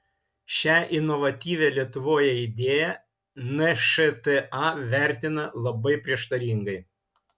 šią inovatyvią lietuvoje idėją nšta vertina labai prieštaringai